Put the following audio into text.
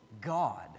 God